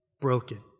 broken